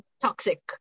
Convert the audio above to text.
toxic